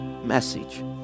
message